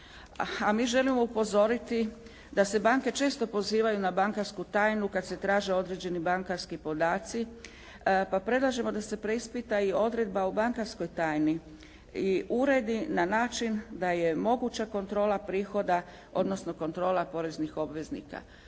a mi želimo upozoriti da se banke često pozivaju na bankarsku tajnu kad se traže određeni bankarski podaci pa predlažemo da se preispita i odredba o bankarskoj tajni i uredi na način da je moguća kontrola prihoda odnosno kontrola poreznih obveznika.